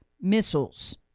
missiles